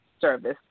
service